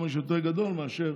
יותר מאשר